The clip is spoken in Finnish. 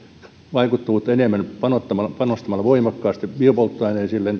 vaikuttavuutta enemmän panostamalla voimakkaasti biopolttoaineisiin